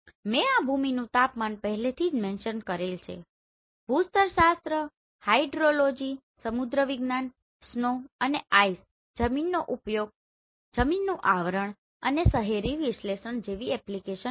મેં આ ભૂમિનું તાપમાન પહેલેથી જ મેન્શન કરેલ છે ભૂસ્તરશાસ્ત્ર હાઇડ્રોલોજી સમુદ્રવિજ્ઞાન સ્નો અને આઈસ જમીનનો ઉપયોગ જમીનનું આવરણ અને શહેરી વિશ્લેષણ જેવી એપ્લીકેશન હોય